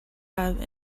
have